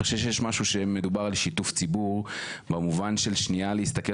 אני חושב שיש משהו שכשמדובר על שיתוף ציבור במובן של שניה להסתכל